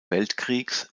weltkriegs